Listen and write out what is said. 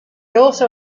also